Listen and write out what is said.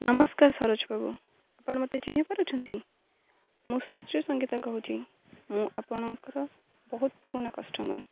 ନମସ୍କାର ସରୋଜ ବାବୁ ଆପଣ ମୋତେ ଚିହ୍ନି ପାରୁଛନ୍ତି ମୁଁ ସୁଶ୍ରୀ ସଙ୍ଗୀତା କହୁଛି ମୁଁ ଆପଣଙ୍କର ବହୁତ ପୁରୁଣା କଷ୍ଟମର୍